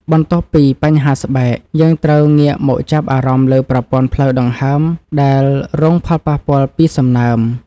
បន្ទាប់ពីបញ្ហាស្បែក យើងត្រូវងាកមកចាប់អារម្មណ៍លើប្រព័ន្ធផ្លូវដង្ហើមដែលរងផលប៉ះពាល់ពីសំណើម។